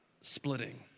splitting